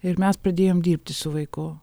ir mes pradėjom dirbti su vaiku